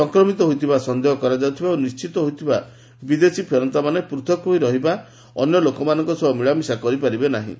ସଂକ୍ରମିତ ହୋଇଥିବାର ସନ୍ଦେହ କରାଯାଉଥିବା ଓ ନିର୍ଣ୍ଣିତ ହୋଇଥିବା ବିଦେଶୀ ଫେରନ୍ତାମାନେ ପୃଥକ ହୋଇ ରହିଥିବା ଅନ୍ୟ ଲୋକମାନଙ୍କ ସହ ମିଳାମିଶା କରିପାରିବେ ନାହିଁ